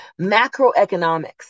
macroeconomics